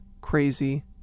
crazy